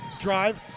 Drive